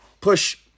push